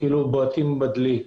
שבועטים בדלי.